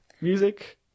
music